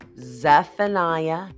Zephaniah